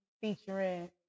featuring